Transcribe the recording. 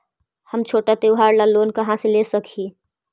हम छोटा त्योहार ला लोन कहाँ से ले सक ही?